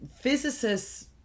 physicists